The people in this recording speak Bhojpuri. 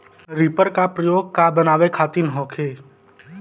रिपर का प्रयोग का बनावे खातिन होखि?